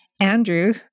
Andrew